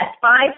five